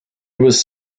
was